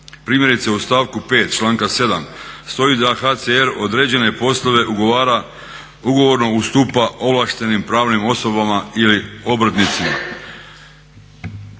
Primjerice u stavku 5. članka 7. stoji da HCR određene poslove ugovara ugovorno ustupa ovlaštenim pravnim osobama ili obrtnicima.